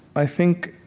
i think